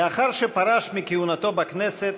לאחר שפרש מכהונתו בכנסת,